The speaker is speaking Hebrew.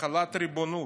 החלת ריבונות.